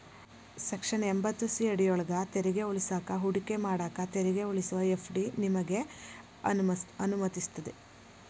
section ಎಂಭತ್ತು C ಅಡಿಯೊಳ್ಗ ತೆರಿಗೆ ಉಳಿಸಾಕ ಹೂಡಿಕೆ ಮಾಡಾಕ ತೆರಿಗೆ ಉಳಿಸುವ ಎಫ್.ಡಿ ನಿಮಗೆ ಅನುಮತಿಸ್ತದ